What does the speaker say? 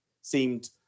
seemed